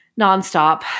nonstop